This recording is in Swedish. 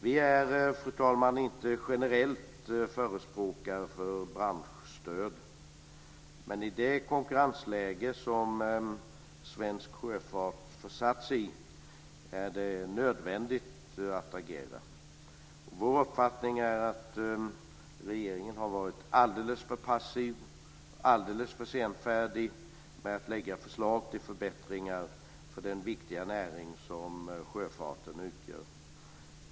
Vi är, fru talman, inte generellt förespråkare för branschstöd, men i det konkurrensläge som svensk sjöfart försatts i är det nödvändigt att agera. Vår uppfattning är att regeringen har varit alldeles för passiv, alldeles för senfärdig med att lägga fram förslag till förbättringar för den viktiga näring som sjöfarten utgör.